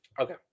Okay